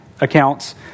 accounts